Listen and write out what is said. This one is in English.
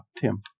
Tim